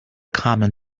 common